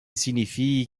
signifie